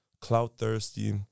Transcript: cloud-thirsty